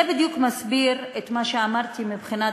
זה מסביר בדיוק את מה שאמרתי מבחינת